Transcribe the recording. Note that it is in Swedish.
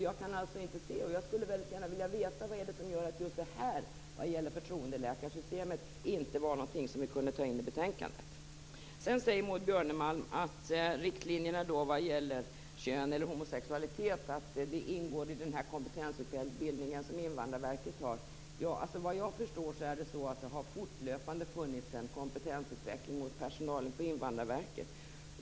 Jag skulle därför väldigt gärna vilja veta vad det är som gör att just den här texten vad gäller förtroendeläkarsystemet inte kunde tas in i betänkandet. Sedan säger Maud Björnemalm att riktlinjerna vad gäller kön eller homosexualitet ingår i den kompetensutbildning som Invandrarverket har. Vad jag förstår har det fortlöpande funnits en kompetensutveckling hos personalen på Invandrarverket.